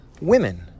Women